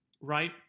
right